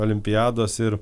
olimpiados ir